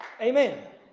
Amen